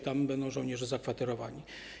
Tam będą żołnierze zakwaterowani.